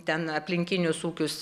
ten aplinkinius ūkius